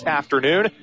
afternoon